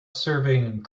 serving